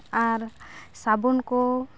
ᱟᱨ ᱥᱟᱵᱚᱱ ᱠᱚ